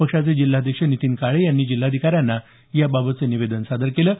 पक्षाचे जिल्हाध्यक्ष नितीन काळे यांनी जिल्हाधिकाऱ्यांना याबाबतचं निवेदन दिलं आहे